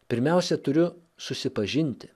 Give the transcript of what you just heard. pirmiausia turiu susipažinti